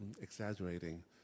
exaggerating